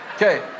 Okay